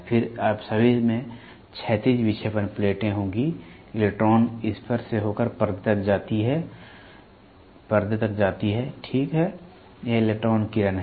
फिर आप सभी में क्षैतिज विक्षेपण प्लेटें होंगी इलेक्ट्रॉन इस पर से होकर पर्दे तक जाती है ठीक है यह इलेक्ट्रॉन किरण है